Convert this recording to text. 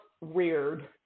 weird